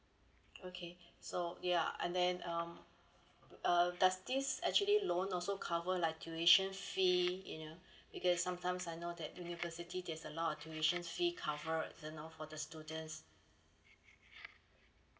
okay so yeah and then um uh does this actually loan also cover like tuition fee you know because sometimes I know that university there's a lot of tuition fee cover you now for the students